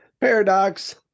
Paradox